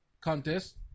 contest